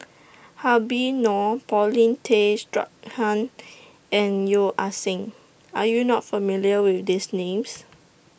Habib Noh Paulin Tay Straughan and Yeo Ah Seng Are YOU not familiar with These Names